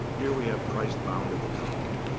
here we have christ bound at the column,